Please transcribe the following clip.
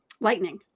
lightning